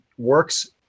Works